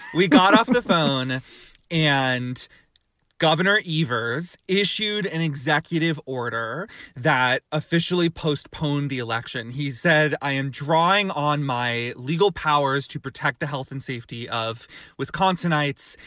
we got off the phone and governor ivas issued an executive order that officially postpone the election. he said, i am drawing on my legal powers to protect the health and safety of wisconsinites.